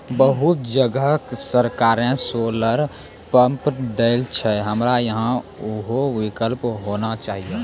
बहुत जगह सरकारे सोलर पम्प देय छैय, हमरा यहाँ उहो विकल्प होना चाहिए?